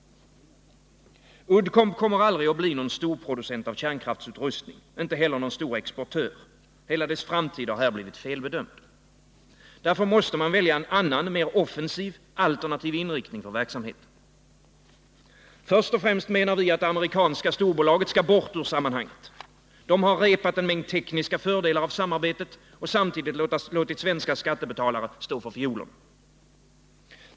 Uddcomb kommer aldrig att bli någon storproducent av kärnkraftsutrustning, inte heller någon stor exportör. Hela dess framtid har blivit felbedömd. Därför måste man välja en annan, mer offensiv, alternativ inriktning för verksamheten. Först och främst menar vi att det amerikanska storbolaget skall bort ur sammanhanget. Det har repat en mängd tekniska fördelar av samarbetet och samtidigt låtit svenska skattebetalare stå för fiolerna.